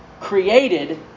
created